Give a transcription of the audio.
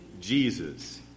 Jesus